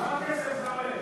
כמה כסף זה עולה?